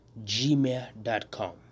gmail.com